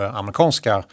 amerikanska